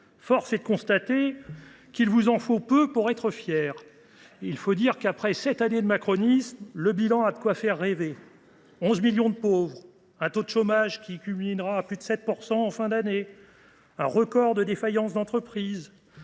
force est de constater qu’il vous en faut peu pour être fier ! Il faut dire que, après sept années de macronisme, le bilan a de quoi faire rêver : 11 millions de pauvres, un taux de chômage qui culminera à plus de 7 % en fin d’année, un record de défaillances d’entreprises,